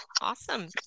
Awesome